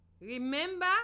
Remember